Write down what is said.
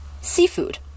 Seafood